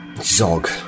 Zog